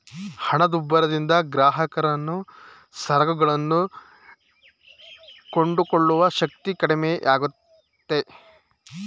ಹಣದುಬ್ಬರದಿಂದ ಗ್ರಾಹಕನು ಸರಕುಗಳನ್ನು ಕೊಂಡುಕೊಳ್ಳುವ ಶಕ್ತಿ ಕಡಿಮೆಯಾಗುತ್ತೆ